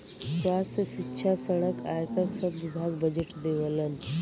स्वास्थ्य, सिक्षा, सड़क, आयकर सब विभाग बजट देवलन